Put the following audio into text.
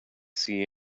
see